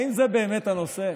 האם זה באמת הנושא?